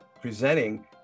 presenting